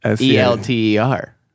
E-L-T-E-R